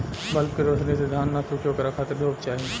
bulb के रौशनी से धान न सुखी ओकरा खातिर धूप चाही